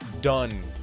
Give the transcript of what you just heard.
done